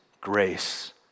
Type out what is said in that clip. grace